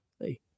hey